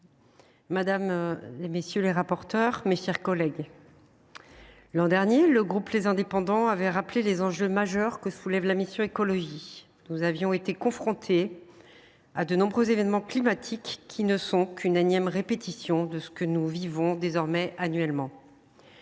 madame, messieurs les ministres, mes chers collègues, l’an dernier, le groupe Les Indépendants avait rappelé quels enjeux majeurs soulève la mission « Écologie ». Nous avions en effet été confrontés à de nombreux événements climatiques qui n’étaient qu’une énième répétition de ce que nous vivons désormais annuellement.